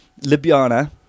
Ljubljana